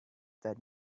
that